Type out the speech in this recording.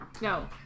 No